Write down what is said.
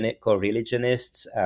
co-religionists